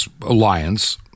Alliance